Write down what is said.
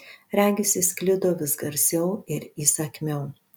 regis jis sklido vis garsiau ir įsakmiau